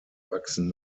wachsen